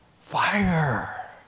Fire